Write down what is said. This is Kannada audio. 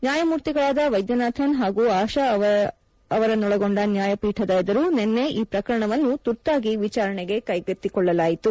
ನ್ಯಾಯಮೂರ್ತಿಗಳಾದ ವೈದ್ಯನಾಥನ್ ಹಾಗೂ ಆಶಾ ಅವರ ನ್ಯಾಯ ಪೀಠದ ಎದುರು ನಿನ್ನೆ ಈ ಪ್ರಕರಣವನ್ನು ತುರ್ತಾಗಿ ವಿಚಾರಣೆಗೆ ಕೈಗೆತ್ತಿಕೊಳ್ಳಲಾಯಿತು